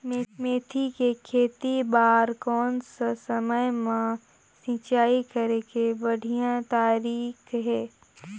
मेथी के खेती बार कोन सा समय मां सिंचाई करे के बढ़िया तारीक हे?